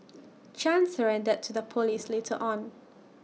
chan surrendered to the Police later on